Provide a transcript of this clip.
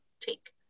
take